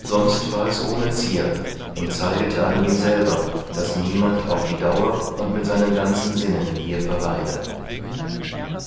sonst war es ohne zier und zeigete an ihm selber daß niemand auf die dauer und mit seinen ganzen sinnen hier verweile